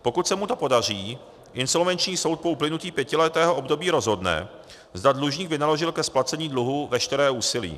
Pokud se mu to podaří, insolvenční soud po uplynutí pětiletého období rozhodne, zda dlužník vynaložil ke splacení dluhu veškeré úsilí.